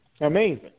Amazing